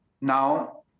Now